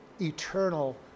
eternal